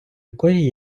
якої